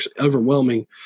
overwhelming